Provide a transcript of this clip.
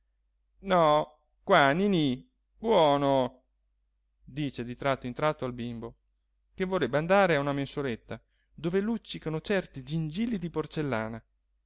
no qua ninì buono dice di tratto in tratto al bimbo che vorrebbe andare a una mensoletta dove luccicano certi gingilli di porcellana